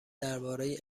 درباره